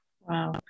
Wow